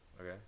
Okay